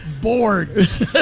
boards